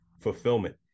fulfillment